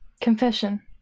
Confession